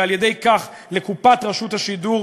ועל-ידי כך לקופת רשות השידור,